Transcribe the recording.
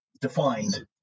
defined